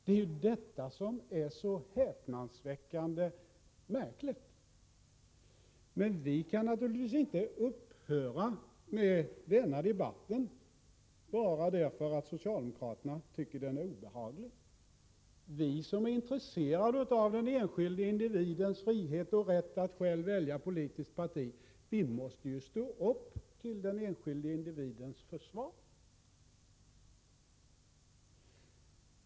Det är ju detta som är så häpnadsväckande märkligt. Men vi kan naturligt inte upphöra med denna debatt bara därför att socialdemokraterna tycker att den är obehaglig. Vi som är intresserade av den enskilda individens frihet och rätt att själv välja politiskt parti måste ju stå upp till den enskilda individens försvar.